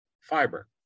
Fiber